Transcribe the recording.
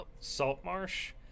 Saltmarsh